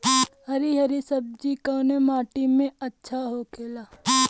हरी हरी सब्जी कवने माटी में अच्छा होखेला?